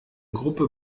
gruppe